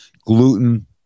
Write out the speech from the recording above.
Gluten